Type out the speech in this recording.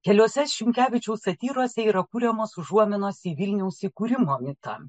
keliose šimkevičiaus satyrose yra kuriamos užuominos į vilniaus įkūrimo mitą